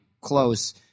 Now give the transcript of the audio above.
close